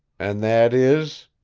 and that is